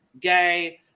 Gay